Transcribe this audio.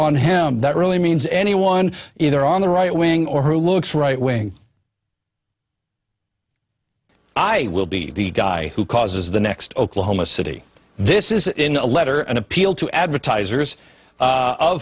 on him that really means anyone either on the right wing or who looks right wing i will be the guy who causes the next oklahoma city this is in a letter an appeal to advertisers